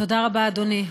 תודה רבה, אדוני.